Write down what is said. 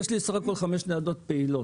יש לי סך הכול חמש ניידות פעילות.